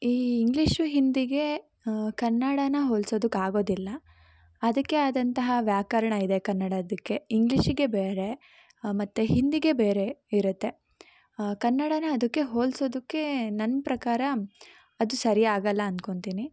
ಈ ಇಂಗ್ಲೀಷು ಹಿಂದಿಗೆ ಕನ್ನಡನ್ನ ಹೋಲಿಸೋದಕ್ಕೆ ಆಗೋದಿಲ್ಲ ಅದಕ್ಕೇ ಆದಂತಹ ವ್ಯಾಕರಣ ಇದೆ ಕನ್ನಡದಕ್ಕೆ ಇಂಗ್ಲೀಷ್ಗೆ ಬೇರೆ ಮತ್ತೆ ಹಿಂದಿಗೆ ಬೇರೆ ಇರುತ್ತೆ ಕನ್ನಡನ್ನ ಅದಕ್ಕೆ ಹೋಲಿಸೋದಕ್ಕೆ ನನ್ನ ಪ್ರಕಾರ ಅದು ಸರಿ ಆಗೋಲ್ಲ ಅಂದ್ಕೊಳ್ತೀನಿ